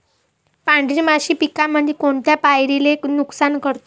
पांढरी माशी पिकामंदी कोनत्या पायरीले नुकसान करते?